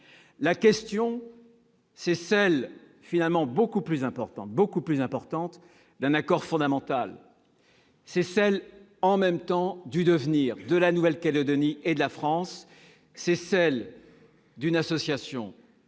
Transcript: référendaire. C'est celle, finalement beaucoup plus importante, d'un accord fondamental ; c'est celle du devenir de la Nouvelle-Calédonie et de la France ; c'est celle d'une association